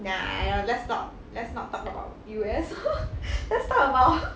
nah I don't let's not let's not talk about U_S let's talk about